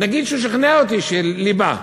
נגיד שהוא שכנע אותי: ליבה.